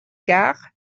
gare